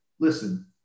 listen